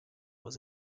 was